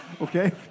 okay